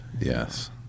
yes